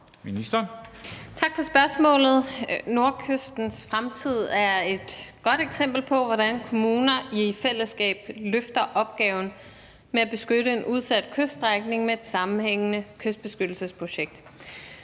Tak for spørgsmålet. Nordkystens Fremtid er et godt eksempel på, hvordan kommuner i fællesskab løfter opgaven med at beskytte en udsat kyststrækning med et sammenhængende kystbeskyttelsesprojekt.